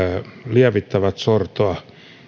lievittävät sortoa